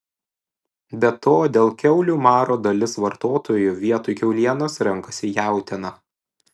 be to dėl kiaulių maro dalis vartotojų vietoj kiaulienos renkasi jautieną